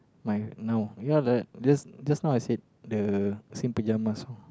my now yeah the just just now I said the same pyjamas orh